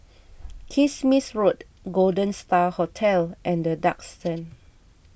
Kismis Road Golden Star Hotel and the Duxton